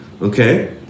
okay